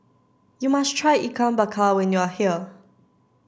you must try Ikan Bakar when you are here